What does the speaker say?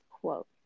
quote